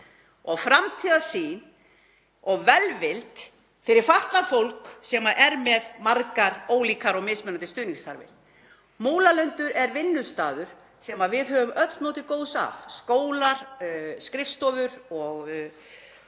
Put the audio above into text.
og framtíðarsýnar og velvildar fyrir fatlað fólk sem er með margar ólíkar og mismunandi stuðningsþarfir. Múlalundur er vinnustaður sem við höfum öll notið góðs af; skólar, skrifstofur og